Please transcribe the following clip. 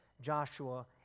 Joshua